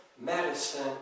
medicine